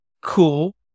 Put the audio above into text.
cool